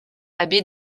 abbé